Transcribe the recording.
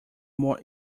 more